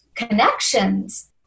connections